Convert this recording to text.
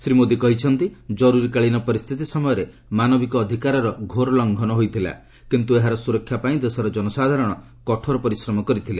ଶ୍ରୀ ମୋଦି କହିଛନ୍ତି କରୁରୀକାଳୀନ ପରିସ୍ଥିତି ସମୟରେ ମାନବିକ ଅଧିକାରର ଘୋର ଲଘଂନ ହୋଇଥିଲା କିନ୍ତୁ ଏହାର ସୁରକ୍ଷା ପାଇଁ ଦେଶର ଜନସାଧାରଣ କଠୋର ପରିଶ୍ରମ କରିଥିଲେ